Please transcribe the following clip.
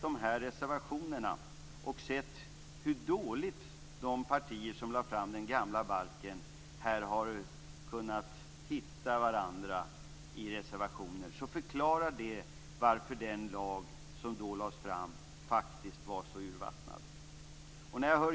De här reservationerna, och det faktum att de partier som lade fram den gamla balken så pass dåligt har kunnat hitta varandra i sina reservationer, förklarar varför den lag som då lades fram var så urvattnad.